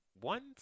one